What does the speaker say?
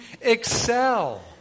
excel